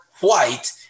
white